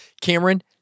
Cameron